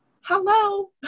Hello